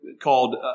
called